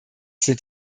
sind